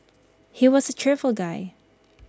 he was A cheerful guy